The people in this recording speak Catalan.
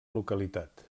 localitat